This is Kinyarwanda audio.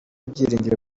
ibyiringiro